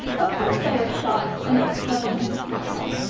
of course they are shocked and exclaim and smile.